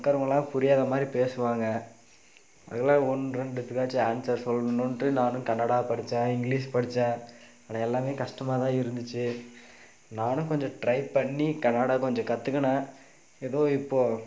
அங்கே இருக்கிறவங்கெல்லாம் புரியாத மாதிரி பேசுவாங்க அதுக்கெல்லாம் ஒன்று ரெண்டுத்துக்காச்சும் ஆன்சர் சொல்லணும்ன்ட்டு நானும் கன்னடா படித்தேன் இங்கிலீஷ் படித்தேன் ஆனால் எல்லாமே கஷ்டமாக தான் இருந்துச்சு நானும் கொஞ்சம் ட்ரை பண்ணி கன்னடா கொஞ்சம் கற்றுக்கின்னேன் ஏதோ இப்போது